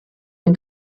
dem